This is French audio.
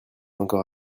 encore